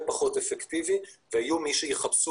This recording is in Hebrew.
הכי פחות אפקטיבי, ויהיו מי שיחפשו